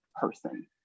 person